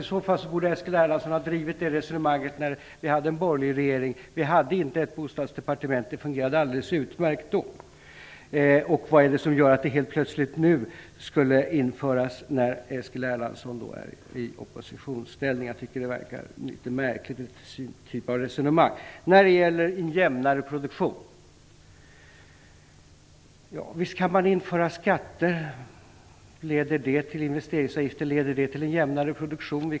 Eskil Erlandsson borde ha drivit den frågan när vi hade en borgerlig regering. Vi hade inte något bostadsdepartement. Det fungerade alldeles utmärkt då. Vad är det som gör att det plötsligt skulle införas nu, då Eskil Erlandsson är i oppositionsställning? Jag tycker att det verkar vara en litet märklig typ av resonemang. Visst kan man införa skatter och investeringsavgifter. Leder det till en jämnare produktion?